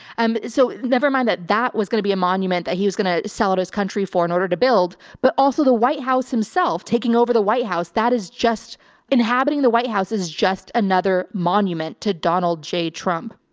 and so nevermind that. that was going to be a monument that he was going to sell out his country for and order to build, but also the white house himself taking over the white house that is just inhabiting the white house is just another monument to donald j. trump.